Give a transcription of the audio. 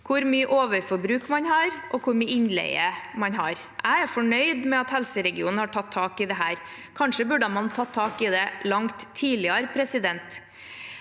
hvor mye overforbruk man har, og hvor mye innleie man har. Jeg er fornøyd med at helseregionen har tatt tak i dette – kanskje burde de tatt tak i det langt tidligere. Helse